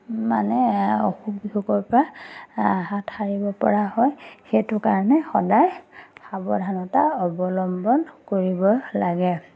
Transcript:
মানে অসুখ বিসুখৰ পৰা হাত সাৰিবপৰা হয় সেইটো কাৰণে সদায় সাৱধানতা অৱলম্বন কৰিব লাগে